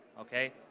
Okay